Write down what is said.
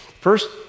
First